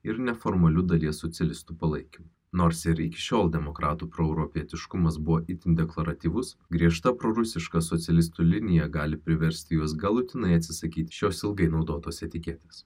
ir neformaliu dalies socialistų palaikymu nors ir iki šiol demokratų proeuropietiškumas buvo itin dekloratyvus griežta prorusiška socialistų linija gali priversti juos galutinai atsisakyti šios ilgai naudotos etiketės